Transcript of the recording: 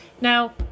Now